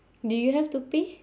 do you have to pay